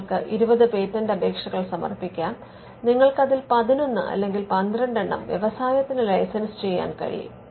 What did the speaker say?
നിങ്ങൾക്ക് 20 പേറ്റന്റ് അപേക്ഷകൾ സമർപ്പിക്കാം നിങ്ങൾക്ക് അതിൽ 11 അല്ലെങ്കിൽ 12 എണ്ണം വ്യവസായത്തിന് ലൈസൻസ് ചെയ്യാൻ കഴിയും